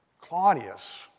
Claudius